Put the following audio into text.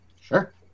Sure